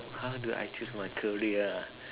oh how do I choose my career ah